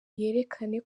yerekane